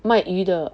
卖鱼的